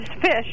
fish